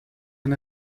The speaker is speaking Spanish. han